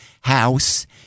house